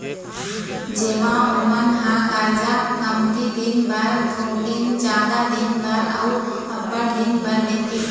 जेमा ओमन ह करजा कमती दिन बर, थोकिन जादा दिन बर, अउ अब्बड़ दिन बर लेथे